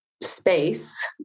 space